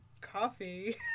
coffee